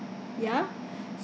ya